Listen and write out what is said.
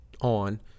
on